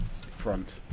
front